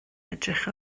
edrych